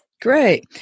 Great